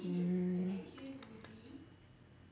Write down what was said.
mm